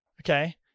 Okay